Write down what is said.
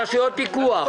רשויות פיקוח.